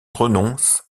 renonce